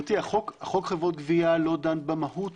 חוק חברות גבייה לא דן במהות